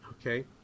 Okay